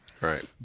right